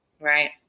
Right